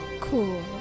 cool